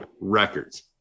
records